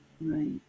Right